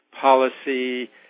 policy